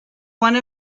one